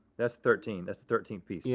that's thirteen, that's the thirteenth piece. yeah,